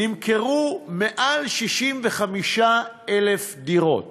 נמכרו יותר מ-65,000 דירות